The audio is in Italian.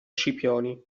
scipioni